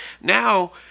Now